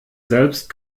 selbst